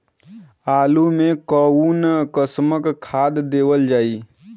आलू मे कऊन कसमक खाद देवल जाई?